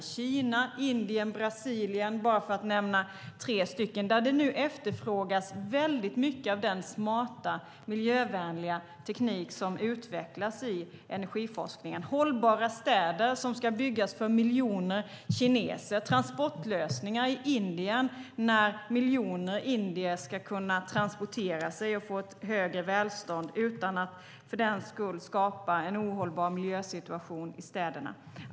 Det är Kina, Indien och Brasilien - bara för att nämna tre stycken. Där efterfrågas nu mycket av den smarta och miljövänliga teknik som utvecklas i energiforskningen. Det är hållbara städer som ska byggas för miljoner kineser, och det är transportlösningar i Indien när miljoner indier ska kunna transportera sig och få ett högre välstånd utan att för den skull skapa en ohållbar miljösituation i städerna.